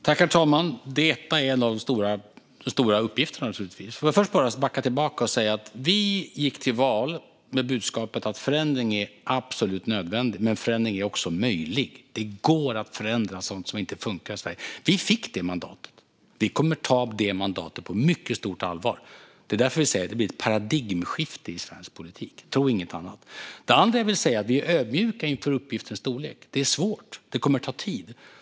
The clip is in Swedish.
Herr talman! Detta är en av de stora uppgifterna, naturligtvis. Men jag vill först backa tillbaka och säga att vi gick till val med budskapet att förändring är absolut nödvändig, men också möjlig. Det går att förändra sådant som inte funkar i Sverige. Vi fick det mandatet, och vi kommer att ta det på mycket stort allvar. Det är därför vi säger att det blir ett paradigmskifte i svensk politik - tro inget annat! Det andra jag vill säga är att vi är ödmjuka inför uppgiftens storlek. Det är svårt, och det kommer att ta tid.